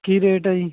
ਕੀ rate ਹੈ ਜੀ